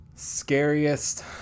Scariest